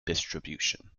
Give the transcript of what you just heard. distribution